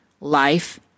life